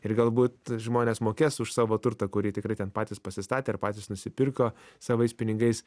ir galbūt žmonės mokės už savo turtą kurį tikrai ten patys pasistatė ar patys nusipirko savais pinigais